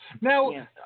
Now